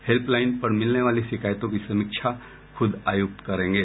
helpline पर मिलने वाली शिकायतों की समीक्षा खुद आयुक्त करेंगे